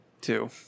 Two